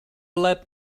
let